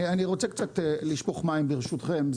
אני רוצה קצת לשפוך מים ברשותכם,